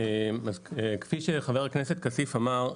כפי שחבר הכנסת כסיף אמר,